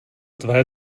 tvé